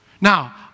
Now